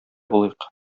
булыйк